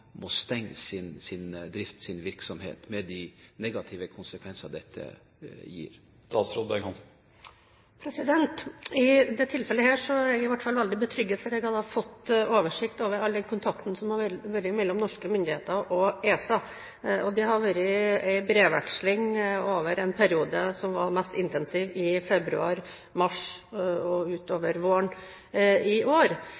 må stenge sin virksomhet, med de negative konsekvenser dette får? I dette tilfellet er i hvert fall jeg veldig betrygget, for jeg har fått oversikt over all den kontakten som har vært mellom norske myndigheter og ESA. Det har vært en brevveksling over en periode som var mest intensiv i februar, mars og utover våren i år.